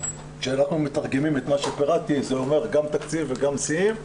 כשאנחנו מתרגמים את מה שפרטתי זה אומר גם תקציב וגם שיאים,